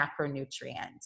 macronutrient